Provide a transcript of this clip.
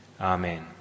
Amen